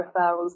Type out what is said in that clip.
referrals